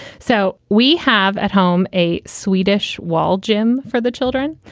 so we have at home a swedish wall gym for the children.